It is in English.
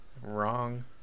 Wrong